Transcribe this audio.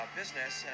business